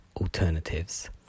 alternatives